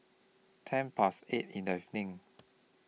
ten Past eight in The evening